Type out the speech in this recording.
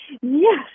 Yes